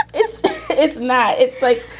if it's mad, it's like,